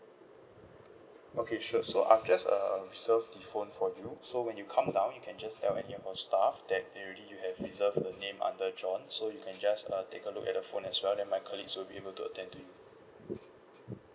okay sure so I'll just uh reserve the phone for you so when you come down you can just tell any of our staff that already you have reserve the name under john so you can just uh take a look at the phone as well then my colleagues will be able to attend to you